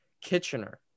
Kitchener